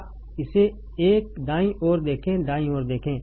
आप इसे एक दाईं ओर देखें दाईं ओर देखें